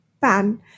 pan